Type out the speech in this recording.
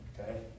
okay